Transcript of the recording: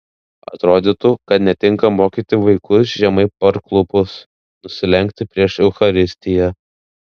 atrodytų kad netinka mokyti vaikus žemai parklupus nusilenkti prieš eucharistiją